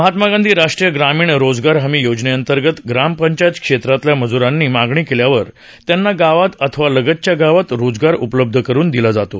महात्मा गांधी राष्ट्रीय ग्रामीण रोजगार हमी योजनेंतर्गत ग्रामपंचायत क्षेत्रातल्या मजुरांनी मागणी केल्यावर त्यांना गावात अथवा लगतच्या गावात रोजगार उपलब्ध करून दिला जातो